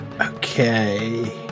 okay